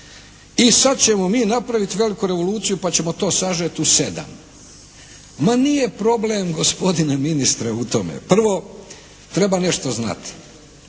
I sad ćemo mi napraviti veliku revoluciju pa ćemo to sažeti u 7. Ma, nije problem gospodine ministre u tome. Prvo, treba nešto znati.